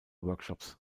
workshops